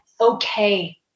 okay